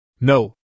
No